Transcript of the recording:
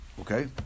Okay